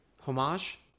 Homage